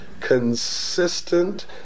consistent